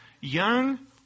Young